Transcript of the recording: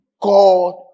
God